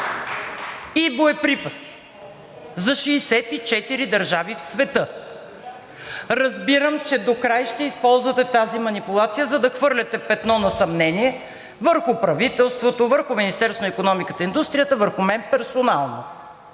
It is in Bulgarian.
и боеприпаси за 64 държави в света. Разбирам, че докрай ще използвате тази манипулация, за да хвърляте петно на съмнение върху правителството, върху Министерството на икономиката и индустрията, върху мен персонално.